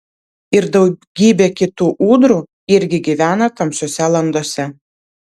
ir daugybė kitų ūdrų irgi gyvena tamsiose landose